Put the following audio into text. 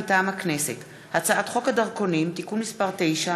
מטעם הכנסת: הצעת חוק הדרכונים (תיקון מס' 9)